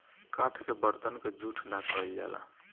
काठ के बरतन के जूठ ना कइल जाला